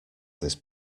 this